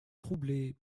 troublé